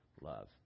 love